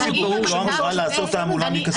רשות ציבור לא אמורה לעשות תעמולה מכספי ציבור,